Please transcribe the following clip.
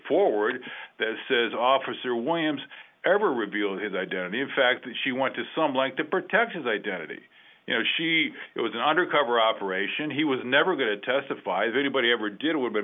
forward that says officer williams ever reveal his identity in fact that she went to some like to protect his identity you know she it was an undercover operation he was never going to testify the anybody ever did with